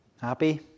Happy